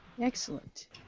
Excellent